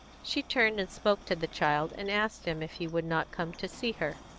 she turned and spoke to the child, and asked him if he would not come to see her.